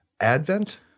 Advent